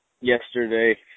yesterday